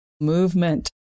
movement